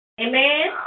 Amen